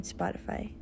Spotify